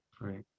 right